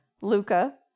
luca